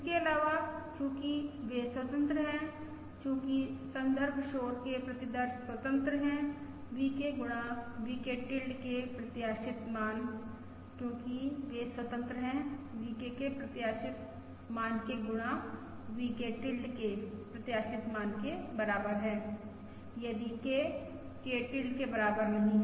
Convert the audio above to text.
इसके अलावा चूंकि वे स्वतंत्र हैं चूंकि संदर्भ शोर के प्रतिदर्श स्वतंत्र हैं VK गुणा VK टिल्ड के प्रत्याशित मान क्योंकि वे स्वतंत्र हैं VK के प्रत्याशित मान के गुणा VK टिल्ड के प्रत्याशित मान के बराबर हैं यदि K K टिल्ड के बराबर नही है